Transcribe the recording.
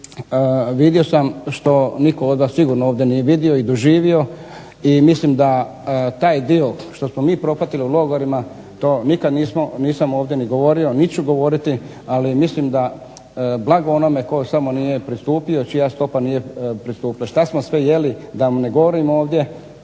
i vidio sam što nitko od vas sigurno ovdje nije vidio i doživio, i mislim da taj dio što smo mi propatili u logorima to nikad nisam ovdje ni govorio, niti ću govoriti, ali mislim da blago onome tko samo nije pristupio, čija stopa nije pristupila. Šta smo sve jeli, da vam ne govorim ovdje,